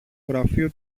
γραφείο